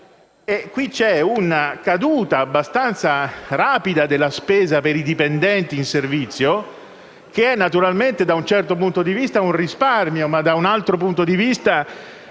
Vi è una caduta abbastanza rapida della spesa per i dipendenti in servizio, che, naturalmente, da un certo punto di vista, rappresenta un risparmio, ma che, da un altro punto di vista,